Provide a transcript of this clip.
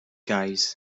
guys